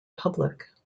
public